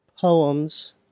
poems